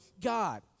God